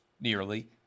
nearly